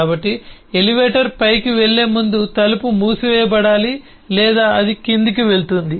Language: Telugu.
కాబట్టి ఎలివేటర్ పైకి వెళ్ళే ముందు తలుపు మూసివేయబడాలి లేదా అది క్రిందికి వెళ్తుంది